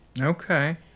Okay